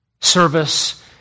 service